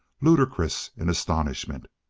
ludicrous in astonishment.